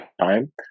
time